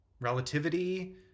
relativity